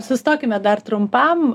sustokime dar trumpam